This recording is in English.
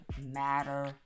matter